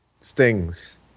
Stings